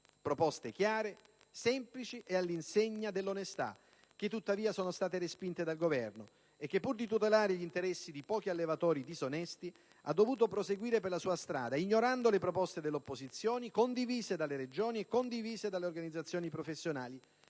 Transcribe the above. Proposte chiare, semplici e all'insegna dell'onestà che, tuttavia, sono state respinte dal Governo che, pur di tutelare gli interessi di pochi allevatori disonesti, ha dovuto proseguire per la sua strada ignorando le proposte dell'opposizione condivise dalle Regioni e dalle organizzazioni professionali